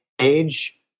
age